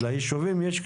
ליישובים יש כתובות.